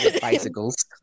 bicycles